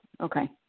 Okay